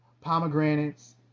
pomegranates